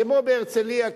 כמו בהרצלייה,